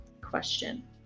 question